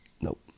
Nope